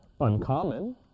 uncommon